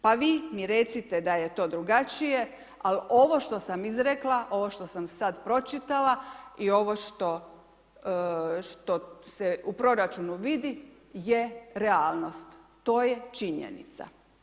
Pa vi mi recite da je to drugačije ali ovo što sam izrekla, ovo što sam sad pročitala i ovo što se u proračunu vidi je realnost, to je činjenica.